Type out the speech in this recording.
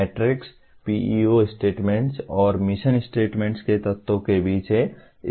matrix PEO statements और mission statements के तत्वों के बीच है